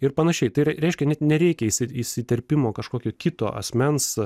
ir panašiai tai reiškia net nereikia įsi įsiterpimo kažkokio kito asmens